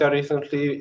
recently